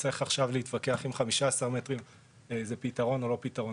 צריך עכשיו להתווכח אם 15 מטרים זה פתרון או לא פתרון.